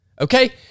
okay